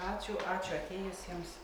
ačiū ačiū atėjusiems